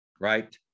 Right